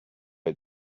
had